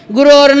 Guru